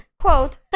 quote